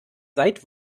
seit